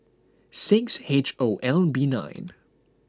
six H O L B nine